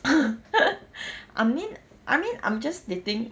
I mean I mean I'm just stating